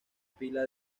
pila